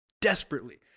Desperately